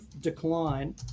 decline